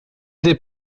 des